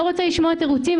לא רוצה לשמוע תירוצים.